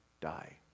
die